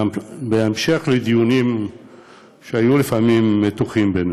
בהמשך לדיונים בינינו, שהיו לפעמים מתוחים.